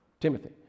Timothy